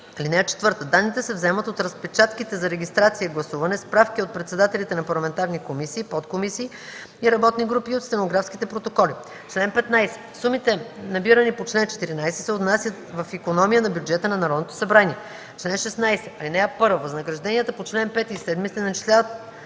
възнаграждение. (4) Данните се вземат от разпечатките за регистрация и гласуване, справки от председателите на парламентарни комисии, подкомисии и работни групи и от стенографските протоколи. Чл. 15. Сумите, набирани по чл. 14, се отнасят в икономия на бюджета на Народното събрание. Чл. 16. (1) Възнагражденията по чл. 5 и 7 се начисляват